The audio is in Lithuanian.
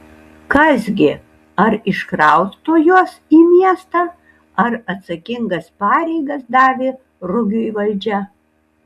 kas gi ar iškrausto juos į miestą ar atsakingas pareigas davė rugiui valdžia